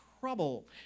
trouble